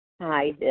Hi